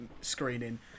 screening